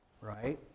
Right